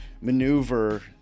maneuver